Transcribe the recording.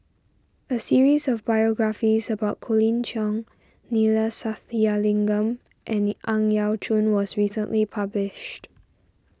a series of biographies about Colin Cheong Neila Sathyalingam and Ang Yau Choon was recently published